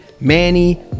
Manny